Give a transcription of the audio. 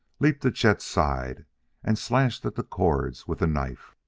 leaped to chet's side and slashed at the cords with a knife.